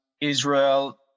Israel